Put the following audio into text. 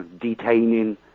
detaining